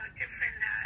different